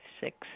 six